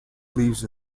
leaves